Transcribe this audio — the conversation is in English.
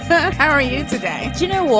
but how are you today? you know, well,